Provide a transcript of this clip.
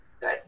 Good